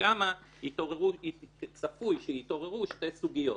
ושם תצפו שיתעוררו שתי סוגיות